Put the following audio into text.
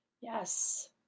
Yes